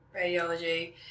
radiology